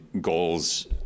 goals